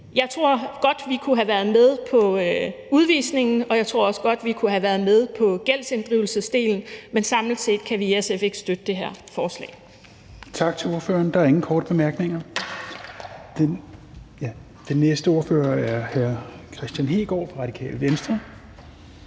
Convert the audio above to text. jeg godt tror, vi kunne have været med på det med udvisning, og jeg tror også godt, vi kunne have været med på gældsinddrivelsedelen, men samlet set kan vi i SF ikke støtte det her forslag.